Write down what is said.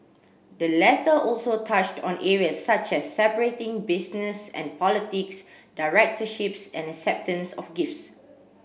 the letter also touched on areas such as separating business and politics directorships and acceptance of gifts